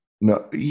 no